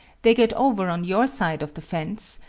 they get over on your side of the fence,